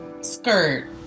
skirt